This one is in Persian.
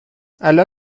الان